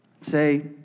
say